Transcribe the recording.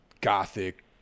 gothic